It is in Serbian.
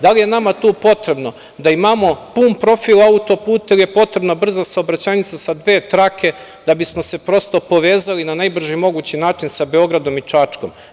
Da li je nama tu potrebno da imamo pun profil auto-puta ili je potrebna brza saobraćajnica sa dve trake da bismo se prosto povezali na najbrži mogući način sa Beogradom i Čačkom.